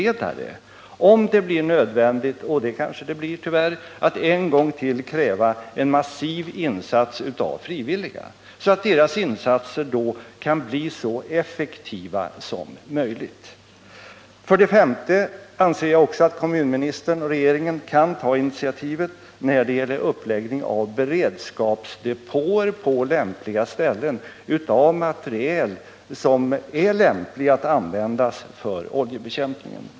Sådana behöver finnas tillgängliga om det blir nödvändigt — och det kanske det blir tyvärr — att en gång till kräva en massiv insats av frivilliga, så att deras medverkan kan bli så effektiv som möjligt. För det femte anser jag att kommunministern och regeringen kan ta initiativet när det gäller uppläggning av beredskapsdepåer på lämpliga ställen för materiel som är passande att använda för oljebekämpning.